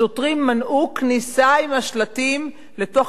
השוטרים מנעו כניסה עם השלטים לתוך